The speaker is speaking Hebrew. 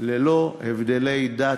ללא הבדלי דת,